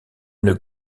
une